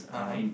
(uh huh)